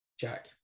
Jack